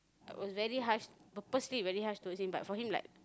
I was very harsh purposely very harsh towards him but for him like